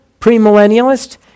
premillennialist